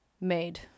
made